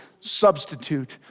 substitute